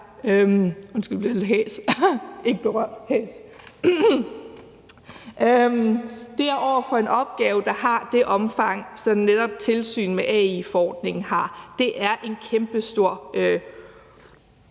over for en opgave, der har det omfang, som netop tilsynet med AI-forordningen har. Det er en kæmpestor opgave.